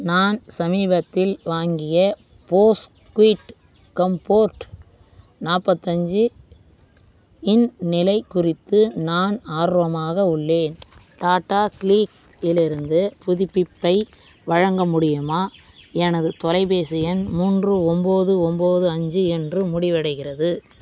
நான் சமீபத்தில் வாங்கிய போஸ் குய்ட் கம்ஃபோர்ட் நாற்பத்தஞ்சு இன் நிலை குறித்து நான் ஆர்வமாக உள்ளேன் டாடா கிளிக்லிருந்து புதுப்பிப்பை வழங்க முடியுமா எனது தொலைபேசி எண் மூன்று ஒன்போது ஒன்போது அஞ்சு என்று முடிவடைகிறது